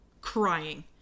crying